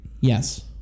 Yes